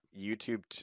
YouTube